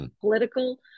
political